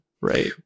right